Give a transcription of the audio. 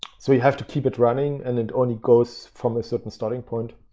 so you have to keep it running. and it only goes from a certain starting point